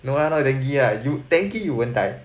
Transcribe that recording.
no lah no dengue you dengue you won't die